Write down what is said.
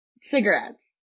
cigarettes